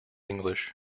english